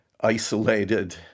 isolated